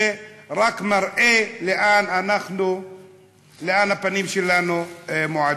זה רק מראה לאן הפנים שלנו מועדות.